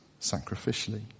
sacrificially